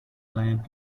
lamp